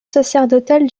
sacerdotale